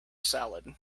salad